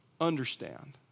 understand